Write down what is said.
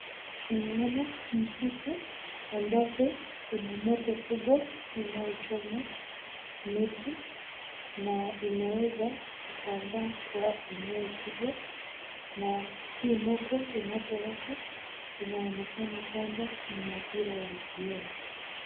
Tunaona msitu ambao kuna moto kubwa inayochoma miti na imeweza kusambaa kwa eneo kubwa. Na hii moto inapowaka inaonekana kwamba ni majira ya jioni.